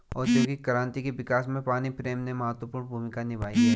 औद्योगिक क्रांति के विकास में पानी फ्रेम ने महत्वपूर्ण भूमिका निभाई है